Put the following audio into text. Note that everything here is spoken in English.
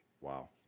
Wow